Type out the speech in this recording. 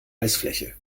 eisfläche